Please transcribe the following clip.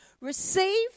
receive